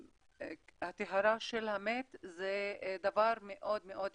הטהרה של המת זה דבר מאוד מאוד בסיסי,